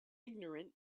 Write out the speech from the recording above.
ignorant